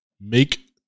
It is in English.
make